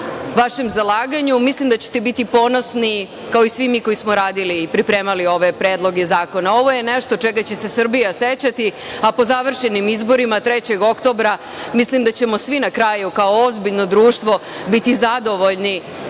vašem zalaganju. Mislim da ćete biti ponosni, kao i svi mi koji smo radili i pripremali ove predloge zakona. Ovo je nešto čega će se Srbija sećati, a po završenim izborima 3. aprila mislim da ćemo svi na kraju kao ozbiljno društvo biti zadovoljni